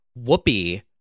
Whoopi